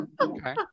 Okay